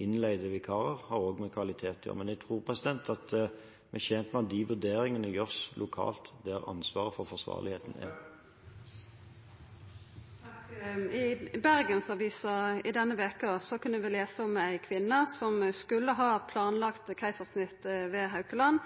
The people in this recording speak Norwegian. innleide vikarer, også med kvalitet å gjøre. Men jeg tror at vi er tjent med at de vurderingene gjøres lokalt, der ansvaret for forsvarlighet ligger. I Bergensavisen i denne veka kunne vi lesa om ei kvinne som skulle ha planlagt keisarsnitt ved Haukeland,